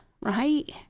right